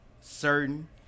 certain